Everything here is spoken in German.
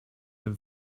dem